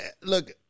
Look